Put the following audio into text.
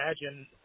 imagine